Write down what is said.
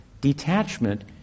detachment